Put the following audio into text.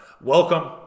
welcome